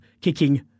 kicking